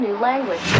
language